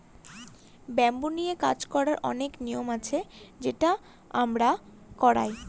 bamboo নিয়ে কাজ করার অনেক নিয়ম আছে সেটা আমরা করায়